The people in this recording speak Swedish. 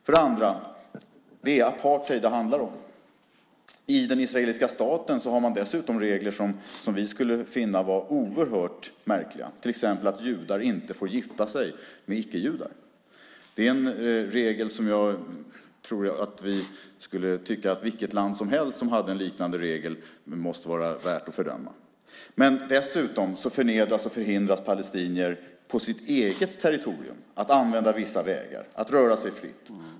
För det andra handlar det om apartheid. I den israeliska staten har man dessutom regler som vi skulle finna oerhört märkliga, till exempel att judar inte får gifta sig med icke-judar. Jag tror att vi skulle tycka att vilket land som helst som hade en liknande regel skulle vara värt att fördöma. Dessutom förnedras palestinier på sitt eget territorium. De förhindras att använda vissa vägar, att röra sig fritt.